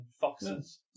foxes